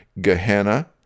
Gehenna